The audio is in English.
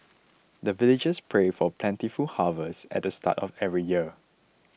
the villagers pray for plentiful harvest at the start of every year